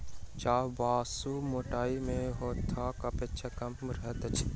चाभ बाँस मोटाइ मे हरोथक अपेक्षा कम रहैत अछि